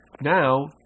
now